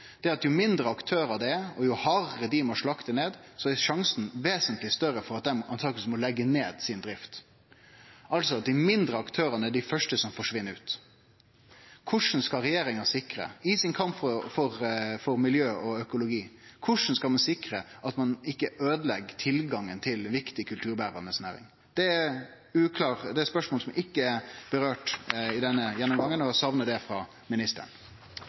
er at jo færre aktørar det er og jo hardare dei må slakte ned, jo større er sjansen for at dei truleg må leggje ned drifta si. – Dei mindre aktørane er altså dei første som forsvinn ut. Korleis skal regjeringa sikre, i sin kamp for miljø og økologi, at ein ikkje øydelegg tilgangen til ei viktig kulturberande næring? Det er spørsmål som ikkje er komne inn på i denne gjennomgangen, og eg saknar det frå ministeren.